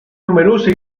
numerose